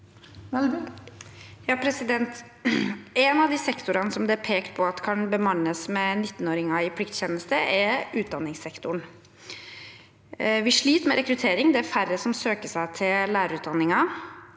Melby (V) En av sektorene det er pekt på at kan bemannes med 19-åringer i plikttjeneste, er utdanningssektoren. Vi sliter med rekruttering. Det er færre som søker seg til lærerutdanningene.